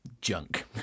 junk